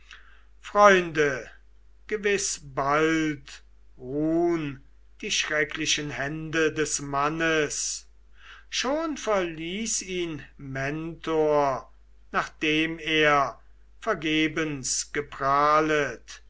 freunde gewiß bald ruhn die schrecklichen hände des mannes schon verließ ihn mentor nachdem er vergebens geprahlet